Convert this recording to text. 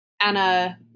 Anna